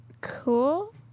Cool